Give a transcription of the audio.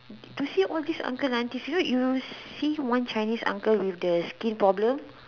to see all this uncles and aunties you know you see one Chinese with the skin problem